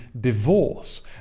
divorce